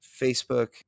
Facebook